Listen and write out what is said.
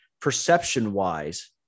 perception-wise